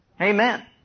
Amen